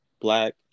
black